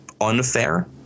unfair